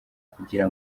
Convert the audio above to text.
kugira